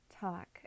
talk